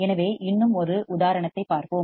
எனவே இன்னும் ஒரு உதாரணத்தைப் பார்ப்போம்